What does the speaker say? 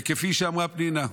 וכפי שאמרה פנינה,